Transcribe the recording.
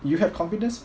you have confidence